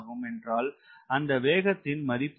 என்றால் அந்த வேகத்தின் மதிப்பு என்ன